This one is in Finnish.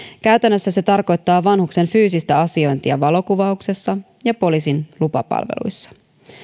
käytännössä se tarkoittaa vanhuksen fyysistä asiointia valokuvauksessa ja poliisin lupapalveluissa